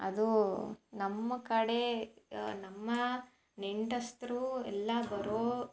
ಅದೂ ನಮ್ಮ ಕಡೆ ನಮ್ಮ ನೆಂಟಸ್ತರು ಎಲ್ಲ ಬರೋ